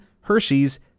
Hershey's